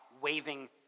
waving